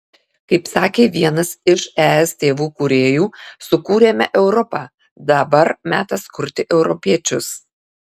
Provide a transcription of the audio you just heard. kaip sakė vienas iš es tėvų kūrėjų sukūrėme europą dabar metas kurti europiečius